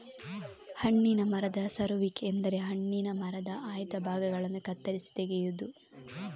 ಹಣ್ಣಿನ ಮರದ ಸರುವಿಕೆ ಎಂದರೆ ಹಣ್ಣಿನ ಮರದ ಆಯ್ದ ಭಾಗಗಳನ್ನ ಕತ್ತರಿಸಿ ತೆಗೆಯುದು